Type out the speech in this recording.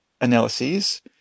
analyses